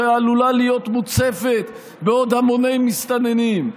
שעלולה להיות מוצפת בעוד המוני מסתננים,